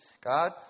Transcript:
God